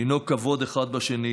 ולנהוג כבוד אחד בשני